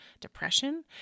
depression